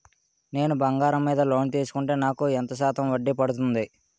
నేను బంగారం మీద లోన్ తీసుకుంటే నాకు ఎంత శాతం వడ్డీ పడుతుంది?